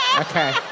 Okay